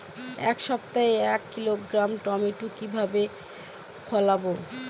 এক সপ্তাহে এক কিলোগ্রাম টমেটো কিভাবে ফলাবো?